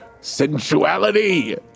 sensuality